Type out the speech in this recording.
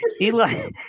Eli